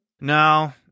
No